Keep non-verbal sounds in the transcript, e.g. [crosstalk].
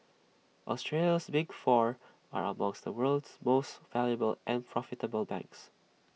Australia's big four are among [unintelligible] the world's most valuable and profitable banks